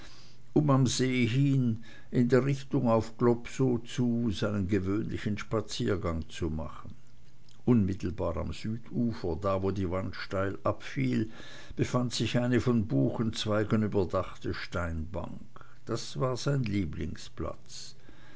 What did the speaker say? um am see hin in der richtung auf globsow zu seinen gewöhnlichen spaziergang zu machen unmittelbar am südufer da wo die wand steil abfiel befand sich eine von buchenzweigen überdachte steinbank das war sein lieblingsplatz